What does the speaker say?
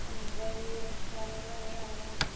అవును లేండి ఈ మధ్యకాలంలో అన్ని అలాగే ఉన్నాయి